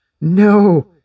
no